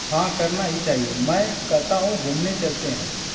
हाँ करना ही चाहिए मैं कहता हूँ घूमने चलते हैं